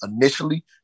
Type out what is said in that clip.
initially